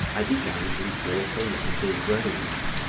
i began to walk along the road.